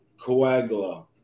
Coagula